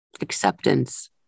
acceptance